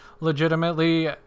Legitimately